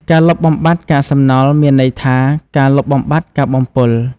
ការលុបបំបាត់កាកសំណល់មានន័យថាការលុបបំបាត់ការបំពុល។